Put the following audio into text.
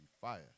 fire